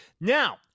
Now